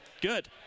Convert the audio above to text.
Good